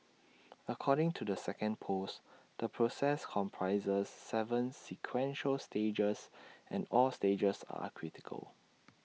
according to the second post the process comprises Seven sequential stages and all stages are critical